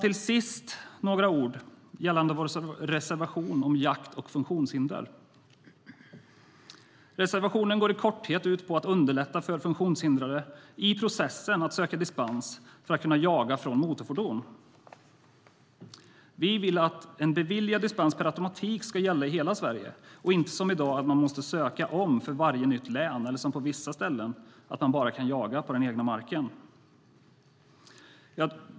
Till sist ska jag säga några ord om vår reservation om jakt och funktionshinder. Denna reservation går i korthet ut på att underlätta för funktionshindrade i processen att söka dispens för att kunna jaga från motorfordon. Vi vill att en beviljad dispens per automatik ska gälla i hela Sverige och inte att man, som i dag, måste söka på nytt för varje nytt län eller, som på vissa ställen, att man bara kan jaga på egen mark.